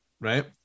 Right